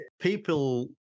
people